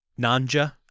Nanja